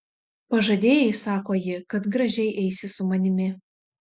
pažadėjai sako ji kad gražiai eisi su manimi